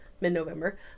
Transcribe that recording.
mid-November